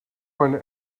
one